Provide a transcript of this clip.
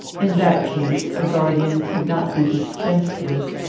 in that case, a guardian could not be dispensed with,